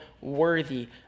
worthy